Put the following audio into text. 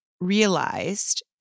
realized